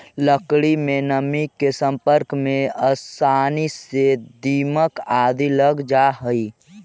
लकड़ी में नमी के सम्पर्क में आसानी से दीमक आदि लग जा हइ